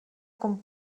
com